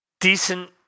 decent